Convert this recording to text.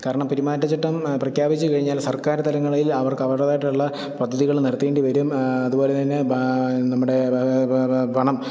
കാരണം പെരുമാറ്റച്ചട്ടം പ്രഖ്യാപിച്ചുകഴിഞ്ഞാൽ സർക്കാര് തലങ്ങളിൽ അവർക്കവരുടേതായിട്ടുള്ള പദ്ധതികള് നിരത്തേണ്ടിവരും അതുപോലെതന്നെ നമ്മുടെ പണം